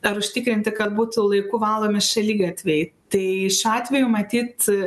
ar užtikrinti kad būtų laiku valomi šaligatviai tai šiuo atveju matyt